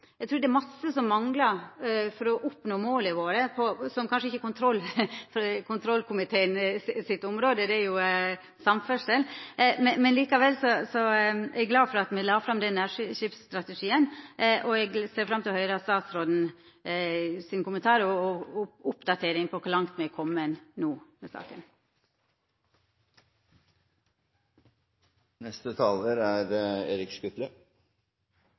Det er mykje som manglar for at me oppnår måla våre – som kanskje ikkje er kontrollkomiteen sitt område, det er jo samferdsel – men likevel er eg glad for at me la fram den nærskipsstrategien, og eg ser fram til å høyra statsråden sin kommentar og oppdatering om kor langt me er komne med saka no.